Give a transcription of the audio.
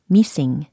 Missing